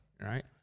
right